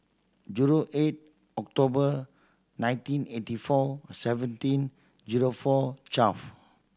zero eight October nineteen eighty four seventeen zero four twelve